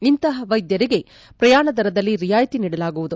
ಇಂತಹ ವೈದ್ಯರಿಗೆ ಪ್ರಯಾಣದರದಲ್ಲಿ ರಿಯಾಯಿತಿ ನೀಡಲಾಗುವುದು